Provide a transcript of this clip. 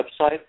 website